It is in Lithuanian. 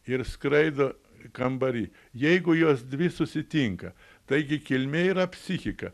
ir skraido kambary jeigu jos dvi susitinka taigi kilmė yra psichika